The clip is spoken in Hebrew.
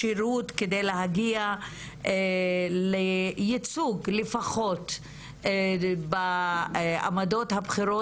השירות כדי להגיע לייצוג לפחות בעמדות הבכירות,